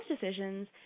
decisions